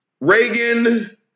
Reagan